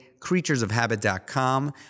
CreaturesOfHabit.com